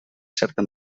certa